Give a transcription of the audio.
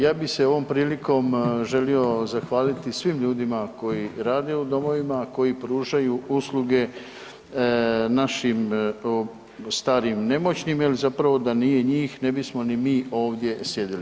Ja bih se ovom prilikom želio zahvaliti svim ljudima koji rade u domovima, a koji pružaju usluge našim starim i nemoćnim, jer zapravo da nije njih, ne bismo ni mi ovdje sjedili.